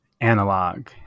analog